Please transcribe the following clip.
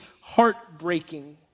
heartbreaking